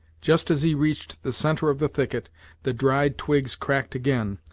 just as he reached the centre of the thicket the dried twigs cracked again,